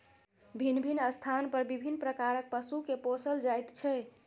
भिन्न भिन्न स्थान पर विभिन्न प्रकारक पशु के पोसल जाइत छै